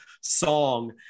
song